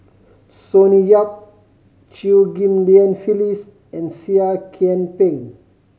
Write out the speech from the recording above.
Sonny Yap Chew Ghim Lian Phyllis and Seah Kian Peng